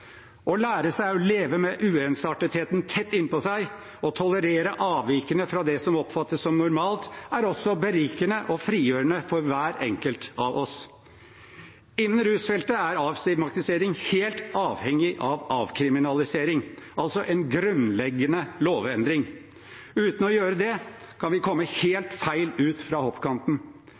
Å lære seg å leve med uensartetheten tett innpå seg – å tolerere avvikene fra det som oppfattes som normalt – er også berikende og frigjørende for hver enkelt av oss. Innen rusfeltet er avstigmatisering helt avhengig av avkriminalisering, altså en grunnleggende lovendring. Uten å gjøre det kan vi komme helt feil ut fra hoppkanten.